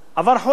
עבר חודש,